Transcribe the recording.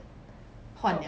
换 liao